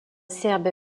serbe